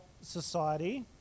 society